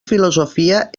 filosofia